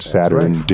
Saturn